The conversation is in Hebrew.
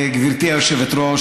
גברתי היושבת-ראש,